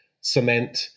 cement